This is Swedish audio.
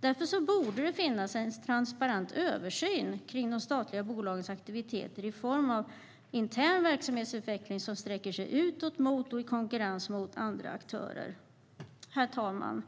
Därför borde det finnas en transparent översyn av de statliga bolagens aktiviteter i form av intern verksamhetsutveckling som sträcker sig utåt mot andra aktörer, i konkurrens med dessa. Herr talman!